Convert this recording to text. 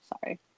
Sorry